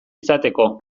izateko